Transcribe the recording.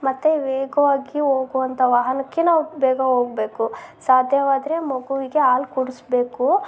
ಮತ್ತು ವೇಗವಾಗಿ ಹೋಗುವಂಥ ವಾಹನಕ್ಕೆ ನಾವು ಬೇಗ ಹೋಗ್ಬೇಕು ಸಾಧ್ಯವಾದರೆ ಮಗುವಿಗೆ ಹಾಲ್ ಕುಡಿಸ್ಬೇಕು